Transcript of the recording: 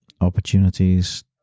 opportunities